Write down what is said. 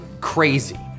crazy